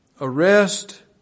arrest